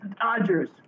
Dodgers